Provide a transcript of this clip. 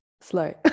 slow